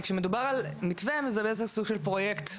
כי כשמדובר על מתווה, זה סוג של פרויקט.